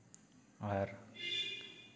ᱟᱨ